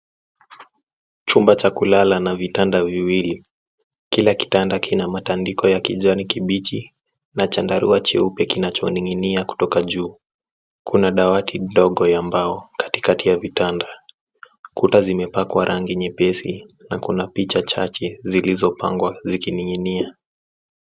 Chumba cha kulala na vitanda viwili. Kila kitanda kina matandiko ya kijani kibichi na chandarua cheupe kinachoning'inia kutoka juu. Kuna dawati dogo ya mbao katikati ya vitanda. Kuta zimepakwa rangi nyepesi na kuna picha chache zilizopangwa zikining'inia.